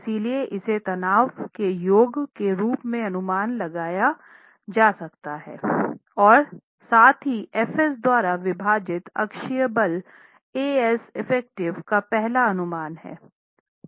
इसलिए इसे तनाव के योग के रूप में अनुमान लगाया जा सकता है और साथ ही F s द्वारा विभाजित अक्षीय भार eff का पहला अनुमान हैं